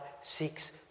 seeks